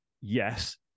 yes